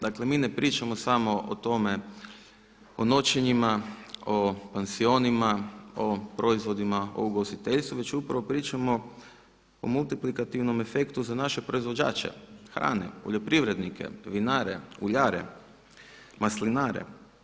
Dakle mi ne pričamo samo o tome, o noćenjima, o pansionima, o proizvodima, o ugostiteljstvu već upravo pričamo o multiplikativnom efektu za naše proizvođače hrane, poljoprivrednike, vinare, uljare, maslinare.